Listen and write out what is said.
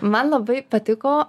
man labai patiko